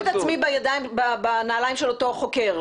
אני אשים את עצמי בנעליים של אותו חוקר,